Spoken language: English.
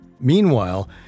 Meanwhile